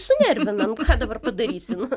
sunervina ką dabar padarysi nu